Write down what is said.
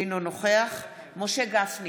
אינו נוכח משה גפני,